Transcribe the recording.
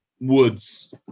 Woods